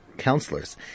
Counselors